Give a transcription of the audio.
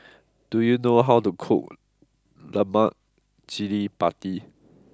do you know how to cook Lemak Cili Padi